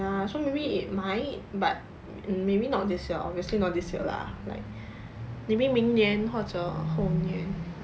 ya so maybe it might but maybe not this year obviously not this year lah like maybe 明年或者后年